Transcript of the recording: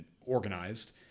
organized